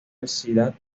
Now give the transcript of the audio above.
necesidad